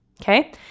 Okay